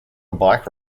bike